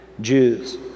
Jews